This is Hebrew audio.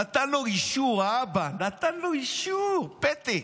נתן לו אישור, האבא, נתן לו אישור, פתק,